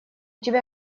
тебя